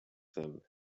them